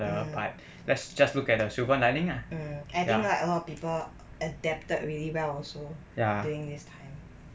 mm mm mm I think a lot of people adapted really well also during this time